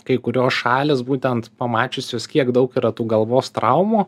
kai kurios šalys būtent pamačiusios kiek daug yra tų galvos traumų